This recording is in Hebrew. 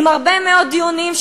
בהרבה מאוד דיונים,